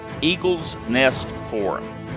eaglesnestforum